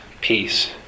peace